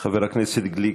חבר הכנסת גליק,